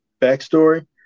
backstory